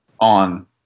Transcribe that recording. on